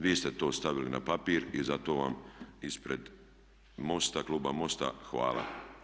Vi ste to stavili na papir i zato vam ispred MOST-a, kluba MOST-a hvala.